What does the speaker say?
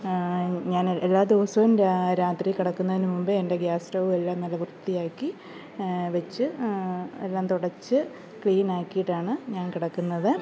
ഞാൻ എ എല്ലാ ദിവസവും രാ രാത്രി കിടക്കുന്നതിന് മുമ്പേ എൻ്റെ ഗ്യാസ് സ്റ്റവ്വ് എല്ലാം നല്ല വൃത്തിയാക്കി വെച്ച് എല്ലാം തുടച്ച് ക്ലീൻ ആക്കിയിട്ടാണ് ഞാൻ കിടക്കുന്നത്